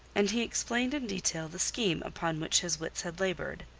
and he explained in detail the scheme upon which his wits had laboured.